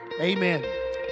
amen